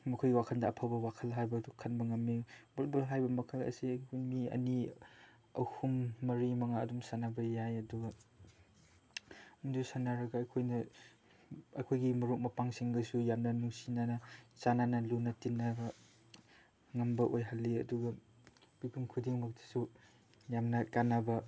ꯃꯈꯣꯏꯒꯤ ꯋꯥꯈꯟꯗ ꯑꯐꯕ ꯋꯥꯈꯟ ꯍꯥꯏꯕ ꯑꯗꯨ ꯈꯟꯕ ꯉꯝꯃꯤ ꯚꯣꯂꯤꯕꯣꯜ ꯍꯥꯏꯕ ꯃꯈꯜ ꯑꯁꯤ ꯑꯩꯈꯣꯏ ꯃꯤ ꯑꯅꯤ ꯑꯍꯨꯝ ꯃꯔꯤ ꯃꯉꯥ ꯑꯗꯨꯝ ꯁꯥꯟꯅꯕ ꯌꯥꯏ ꯑꯗꯨꯒ ꯑꯗꯨ ꯁꯥꯟꯅꯔꯒ ꯑꯩꯈꯣꯏꯅ ꯑꯩꯈꯣꯏꯒꯤ ꯃꯔꯨꯞ ꯃꯄꯥꯡꯁꯤꯡꯒꯁꯨ ꯌꯥꯝꯅ ꯅꯨꯡꯁꯤꯅꯅ ꯆꯥꯟꯅꯅ ꯂꯨꯅ ꯇꯤꯟꯅꯕ ꯉꯝꯕ ꯑꯣꯏꯍꯜꯂꯤ ꯑꯗꯨꯒ ꯃꯤꯄꯨꯝ ꯈꯨꯗꯤꯡꯃꯛꯇꯁꯨ ꯌꯥꯝꯅ ꯀꯥꯅꯕ